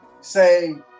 say